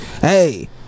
Hey